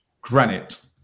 Granite